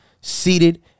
seated